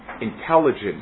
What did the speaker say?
intelligent